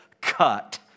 cut